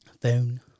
Phone